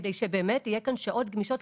כדי שיהיו כאן שעות גמישות,